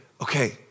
okay